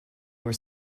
were